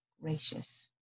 gracious